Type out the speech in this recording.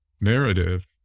narrative